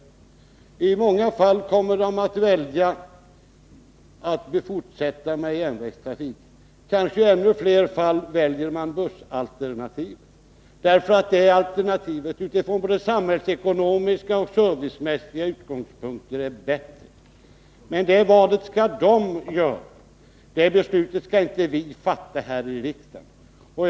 I många fall kommer de att välja att fortsätta med järnvägstrafik. Kanske i ännu fler fall kommer de att välja bussalternativet, eftersom det från både samhällsekonomiska och servicemässiga utgångspunkter är bättre. Men det valet skall de göra. Det beslutet skall inte vi fatta här i riksdagen.